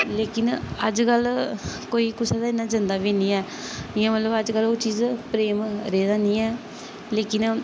लेकिन अज्जकल कोई कुसै दे इ'न्ना जंदा बी नेईं ऐ इ'यां मतलब अज्जकल ओह् चीज प्रेम रेह्दा नेईं ऐ लेकिन